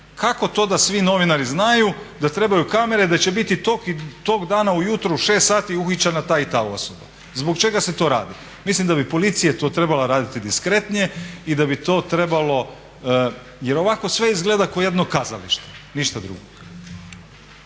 Kako to da svi novinari znaju da trebaju kamere da će biti tog dana ujutro u 6 sati uhićena ta i ta osoba. Zbog čega se to radi? Mislim da bi policija to trebala raditi diskretnije i da bi to trebalo, jer ovako sve izgleda kao jedno kazalište, ništa drugo.